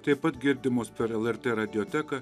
taip pat girdimos per lrt radioteką